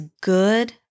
good